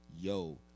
yo